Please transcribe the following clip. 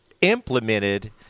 implemented